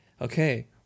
Okay